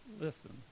listen